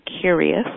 curious